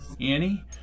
Annie